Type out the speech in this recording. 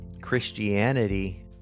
Christianity